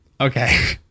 Okay